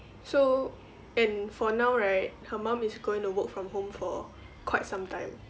so and for now right her mum is gonna work from home for quite some time